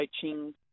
coaching